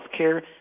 healthcare